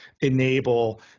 enable